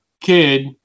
kid